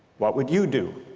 what would you do?